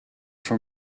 for